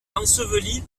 ensevelie